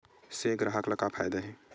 से ग्राहक ला का फ़ायदा हे?